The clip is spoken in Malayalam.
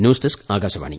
news desk Akashvani